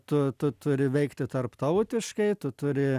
tu tu turi veikti tarptautiškai tu turi